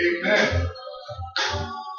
Amen